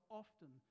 often